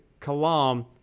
Kalam